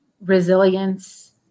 resilience